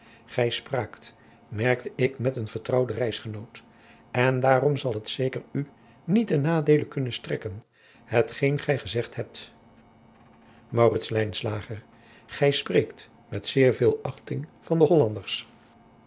gij spraakt merkte ik met een vertrouwd reisgenoot en daarom zal het zeker u niet ten nadeele kunnen strekken hetgeen gij gezegd hebt maurits lijnslager gij spreekt met zeer veel achting van de hollanders